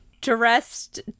dressed